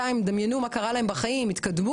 דמיינו בינתיים מה קרה להם בחיים - התקדמו,